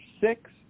six